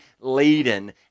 laden